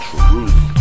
Truth